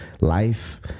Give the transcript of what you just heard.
life